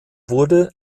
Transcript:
wurde